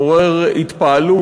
מעורר התפעלות,